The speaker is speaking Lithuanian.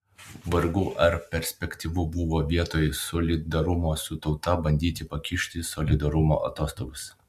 vargu ar perspektyvu buvo vietoj solidarumo su tauta bandyti pakišti solidarumo atostogas